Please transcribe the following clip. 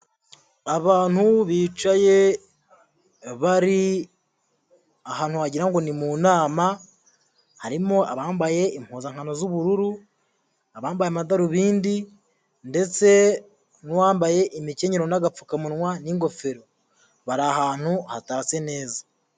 Abantu bicaye bari ahantu wagira ngo ni mu nama, harimo abambaye impuzankano z'ubururu, abambaye amadarubindi ndetse n'uwambaye imikenyero n'agapfukamunwa n'ingofero, bari ahantu hatatse neza.